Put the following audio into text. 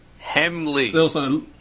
Hemley